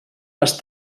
les